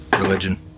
religion